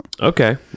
okay